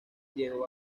diego